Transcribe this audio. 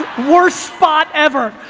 worst spot, ever.